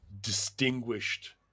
distinguished